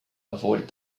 avoided